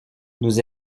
nous